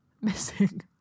missing